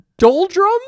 Doldrum